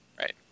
Right